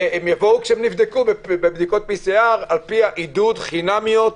הם יבואו כשנבדקו בבדיקות PCR עידוד, חינמיות.